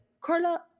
Carla